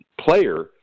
player